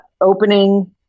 opening